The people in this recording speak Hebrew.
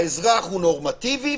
האזרח הוא נורמטיבי,